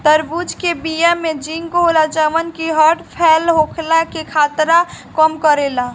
तरबूज के बिया में जिंक होला जवन की हर्ट फेल होखला के खतरा कम करेला